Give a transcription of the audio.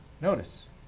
Notice